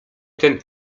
ten